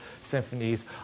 symphonies